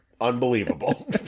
Unbelievable